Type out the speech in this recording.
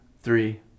three